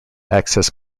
access